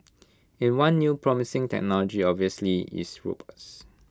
and one new promising technology obviously is robots